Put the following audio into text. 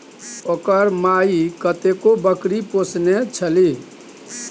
ओकर माइ कतेको बकरी पोसने छलीह